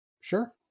Sure